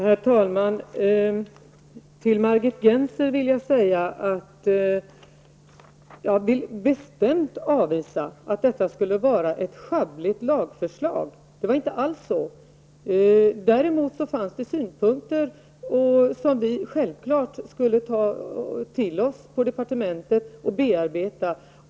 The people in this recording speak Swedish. Herr talman! Till Margit Gennser vill jag säga att jag bestämt avvisar att detta skulle vara ett schabbligt lagförslag. Det var inte alls så. Däremot fanns det synpunkter som vi på departementet självfallet skulle ta till oss och bearbeta.